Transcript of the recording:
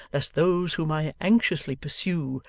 lest those whom i anxiously pursue,